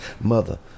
Mother